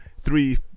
three